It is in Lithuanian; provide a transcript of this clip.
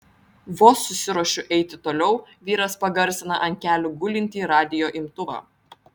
vos susiruošiu eiti toliau vyras pagarsina ant kelių gulintį radijo imtuvą